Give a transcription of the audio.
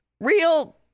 Real